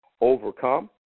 overcome